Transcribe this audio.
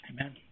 Amen